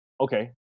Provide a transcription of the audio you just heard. Okay